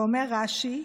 ואומר רש"י: